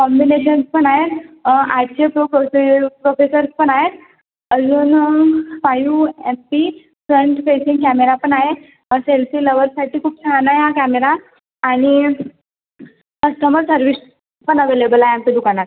combinations पण आहेत आठशे प्रो प्रोसेएळू प्रोपेसर्स पण आहेत अजून five F P front facing camera पण आहे सेल्फी लव्हर्ससाठी खूप छान आय आ कॅमेरा आणि कस्टमर सर्व्हिस पण अवेलेबल आहे आमच्या दुकानात